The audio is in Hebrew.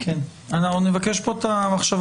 נבקש כאן את המחשבה